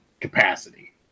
capacity